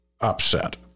upset